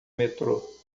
metrô